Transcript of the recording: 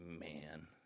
man